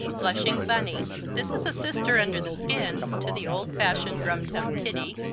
blushing bunny this is a sister-under-the-skin to the old-fashioned rum tum tiddy,